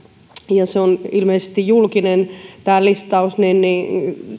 tämä listaus on ilmeisesti julkinen niin niin